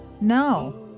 No